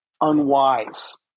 unwise